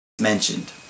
mentioned